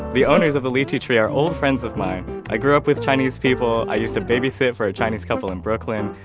the owners of the lichee tree are old friends of mine. i grew up with chinese people. i used to babysit for a chinese couple in brooklyn.